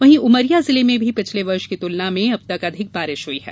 वहीं उमरिया जिले में भी पिछले वर्ष की तुलना में अब तक अधिक बारिश हई है